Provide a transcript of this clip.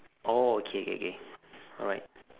oh okay okay okay alright